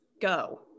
go